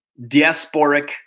Diasporic